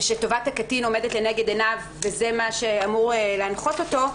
ושטובת הקטין עומדת לנגד עיניו וזה מה שאמור להנחות אותו,